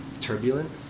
turbulent